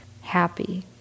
happy